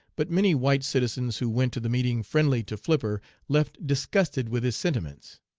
but many white citizens who went to the meeting friendly to flipper left disgusted with his sentiments.